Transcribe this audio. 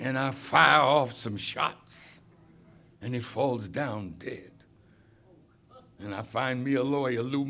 and i fire off some shot and he falls down and i find me a lawyer